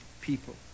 people